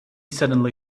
suddenly